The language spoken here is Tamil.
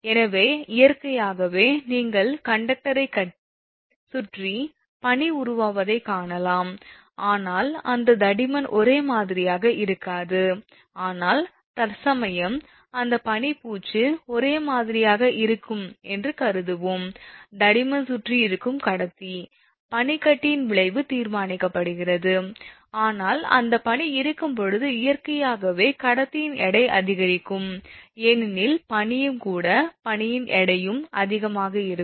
எனவே இயற்கையாகவே நீங்கள் கண்டக்டரை சுற்றி பனி உருவாவதை காணலாம் ஆனால் அந்த தடிமன் ஒரே மாதிரியாக இருக்காது ஆனால் தற்சமயம் அதன் பனி பூச்சு ஒரே மாதிரியாக இருக்கும் என்று கருதுவோம் தடிமன் சுற்றி இருக்கும் கடத்தி பனிக்கட்டியின் விளைவு தீர்மானிக்கப்படுகிறது ஆனால் அந்த பனி இருக்கும் போது இயற்கையாகவே கடத்தியின் எடை அதிகரிக்கும் ஏனெனில் பனியும் கூட பனியின் எடையும் அதிகமாக இருக்கும்